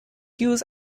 use